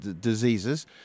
diseases